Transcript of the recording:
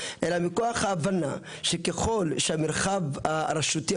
אלא מכוח ההבנה שככל שהמרחב הרשותי,